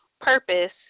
Purpose